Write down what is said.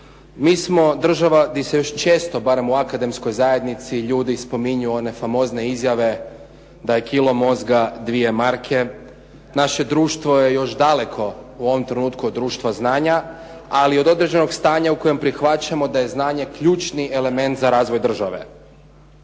Mi smo država gdje se još često, barem u akademskoj zajednici ljudi spominju one famozne izjave da je kilo mozga dvije marke, naše društvo je još daleko u ovom trenutku od društva znanja ali od određenog stanja u kojem prihvaćamo da je znanje ključni element za razvoj države.